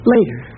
Later